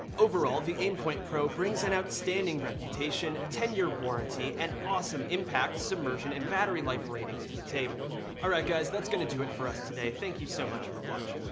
overall, the aimpoint pro brings an outstanding reputation, ten year warranty and awesome impact, submersion and battery life ratings to the table. all ah right guys, that's gonna do it for us today. thank you so much for watching.